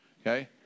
okay